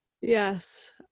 yes